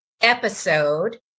episode